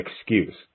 excuse